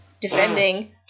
defending